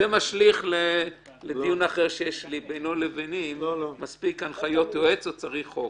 זה משליך לדיון אחר שיש בינו לביני האם מספיק הנחיות יועץ או צריך חוק,